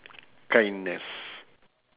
kindness